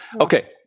Okay